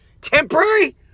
Temporary